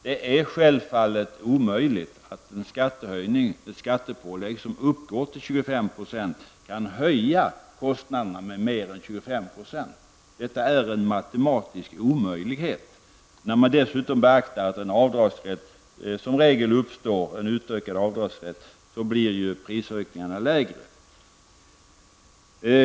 Det är omöjligt att en skattehöjning på 25 % kan öka kostnaderna med mer än 25 %. Det är matematiskt omöjligt. Om man dessutom beaktar den utökade avdragsrätten, blir prisökningarna lägre.